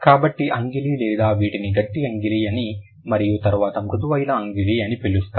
కాబట్టి అంగిలి లేదా వీటిని గట్టి అంగిలి అని మరియు తరువాత మృదువైన అంగిలి అని పిలుస్తారు